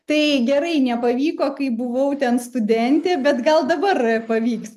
tai gerai nepavyko kai buvau ten studentė bet gal dabar pavyks